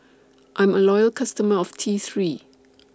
I'm A Loyal customer of T three